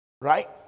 Right